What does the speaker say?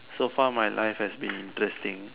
so far my life has been interesting